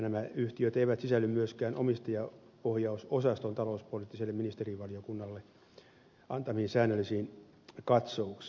nämä yhtiöt eivät sisälly myöskään omistajaohjausosaston talouspoliittiselle ministerivaliokunnalle antamiin säännöllisiin katsauksiin